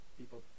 people